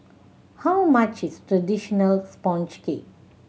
how much is traditional sponge cake